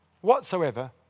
whatsoever